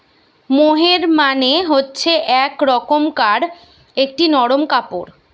মোহের মানে হচ্ছে এক রকমকার একটি নরম কাপড়